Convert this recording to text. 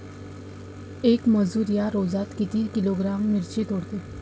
येक मजूर या रोजात किती किलोग्रॅम मिरची तोडते?